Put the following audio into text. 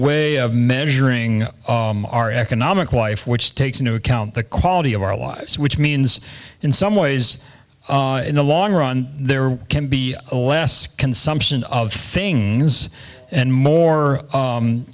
way of measuring our economic wife which takes into account the quality of our lives which means in some ways in the long run there can be a less consumption of things and more